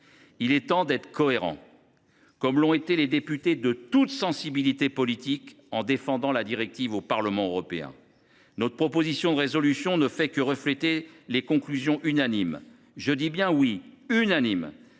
Il est temps d’être cohérent, comme l’ont été les députés de toutes sensibilités politiques en défendant la directive au Parlement européen. Notre proposition de résolution ne fait que refléter les conclusions unanimes – je dis bien unanimes